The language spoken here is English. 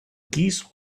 geese